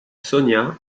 sonia